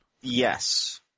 Yes